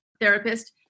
therapist